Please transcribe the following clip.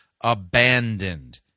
abandoned